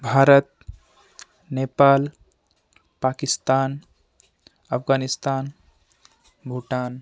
Bharat Nepal Pakistan Afghanistan Bhutan